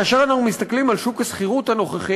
כאשר אנחנו מסתכלים על שוק השכירות הנוכחי,